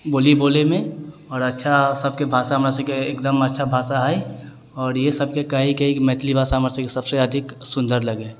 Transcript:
बोली बोलैमे आओर अच्छा सबके भाषा हमरासबके एकदम अच्छा भाषा हइ आओर इएह सबके कहैके हइ कि मैथिली भाषा हमरासबके सबसँ अधिक सुन्दर लगैए